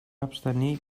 abstenir